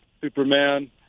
Superman